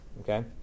okay